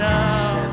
now